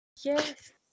Yes